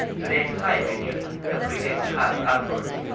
today's high renewed the previous high upwards.